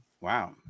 Wow